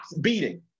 beating